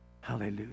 Hallelujah